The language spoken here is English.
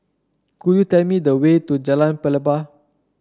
could you tell me the way to Jalan Pelepah